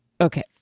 okay